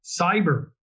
cyber